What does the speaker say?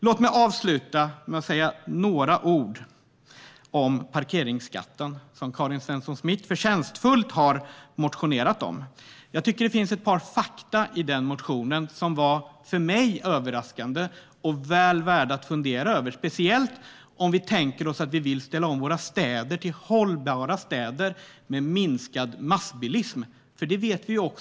Låt mig avsluta med att säga några ord om parkeringsskatten, som Karin Svensson Smith förtjänstfullt har motionerat om. Det finns fakta i den motionen som för mig var överraskande och som är väl värda att fundera över, speciellt om vi vill ställa om våra städer till hållbara städer med minskad bilism. Vi vet att ni vill det.